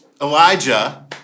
Elijah